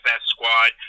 squad